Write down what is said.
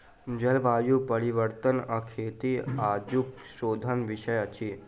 जलवायु परिवर्तन आ खेती आजुक शोधक विषय अछि